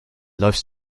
läufst